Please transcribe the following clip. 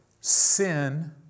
sin